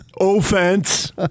Offense